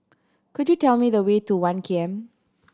could you tell me the way to One K M